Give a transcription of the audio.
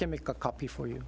can make a copy for you